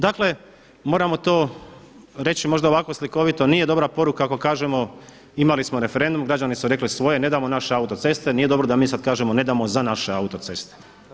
Dakle moramo to reći možda ovako slikovito, nije dobra poruka ako kažemo imali smo referendum, građani su rekli svoje, ne damo naše autoceste, nije dobro da mi sada kažemo ne damo za naše autoceste.